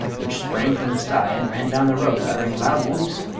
which sprang from the sty and ran down the road uttering load whoops.